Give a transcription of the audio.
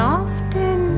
often